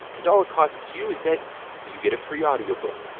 and all it costs you is that you get a free audiobook.